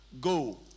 go